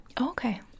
Okay